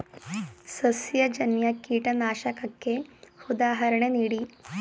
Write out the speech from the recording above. ಸಸ್ಯಜನ್ಯ ಕೀಟನಾಶಕಕ್ಕೆ ಉದಾಹರಣೆ ನೀಡಿ?